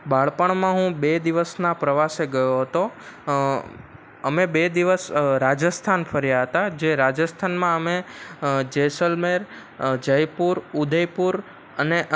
બાળપણમાં હું બે દિવસના પ્રવાસે ગયો હતો અમે બે દિવસ રાજસ્થાન ફર્યા હતા જે રાજસ્થાનમાં અમે જેસલમેર જયપુર ઉદયપુર અને